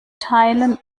teilen